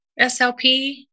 SLP